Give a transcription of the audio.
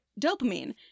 dopamine